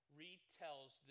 retells